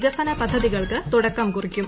വികസന പദ്ധതികൾക്ക് തുടക്കം കുറിക്കും